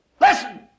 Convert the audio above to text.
listen